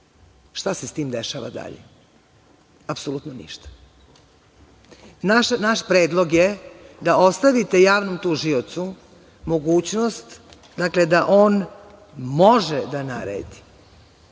šta se sa tim dešava dalje? Apsolutno ništa. Naš predlog je da ostavite javnom tužiocu mogućnost, dakle, da on može da naredi,